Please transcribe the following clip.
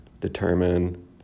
determine